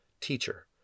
Teacher